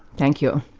thank you.